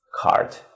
card